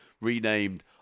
renamed